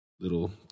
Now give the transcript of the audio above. little